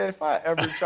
if i ever